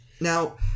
Now